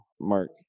Mark